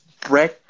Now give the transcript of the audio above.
break